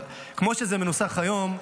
אבל כמו שזה מנוסח היום,